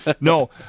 No